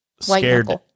scared